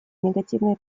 негативные